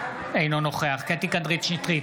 אינו נוכח קטי קטרין שטרית,